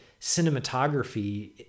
cinematography